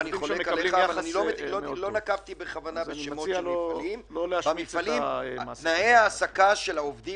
העובדים שם מקבלים יחס מאוד טוב אז אני מציע לא להשמיץ את המעסיק הזה.